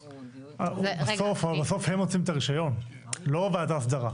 בסוף הם מוציאים את הרישיון, לא ועדת ההסדרה.